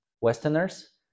Westerners